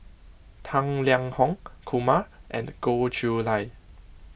Tang Liang Hong Kumar and Goh Chiew Lye